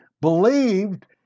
believed